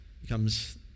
becomes